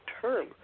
term